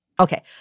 Okay